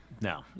No